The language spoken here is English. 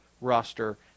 roster